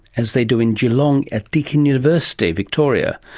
as they do in geelong at deakin university, victoria.